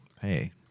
Hey